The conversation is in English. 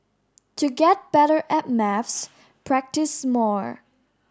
to get better at maths practise more